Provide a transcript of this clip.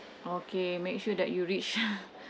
okay make sure that you reach